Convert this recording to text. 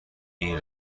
این